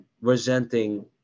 resenting